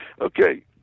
Okay